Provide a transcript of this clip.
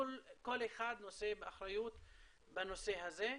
כל אחד נושא באחריות בנושא הזה,